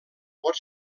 pot